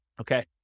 Okay